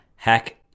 hack